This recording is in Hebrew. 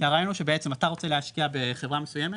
אז הרעיון שבעצם אתה רוצה להשקיע בחברה מסוימת